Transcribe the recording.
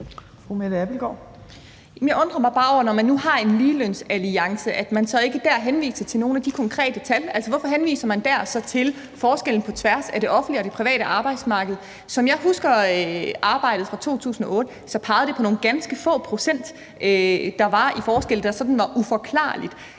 Jeg undrer mig bare over, at man, når man nu har en ligelønsalliance, så ikke dér henviser til nogen af de konkrete tal. Altså, hvorfor henviser man dér så til forskellen på tværs af det offentlige og det private arbejdsmarked? Som jeg husker arbejdet fra 2008, pegede det på nogle ganske få procent, der var i forskel, og som var sådan uforklarlige.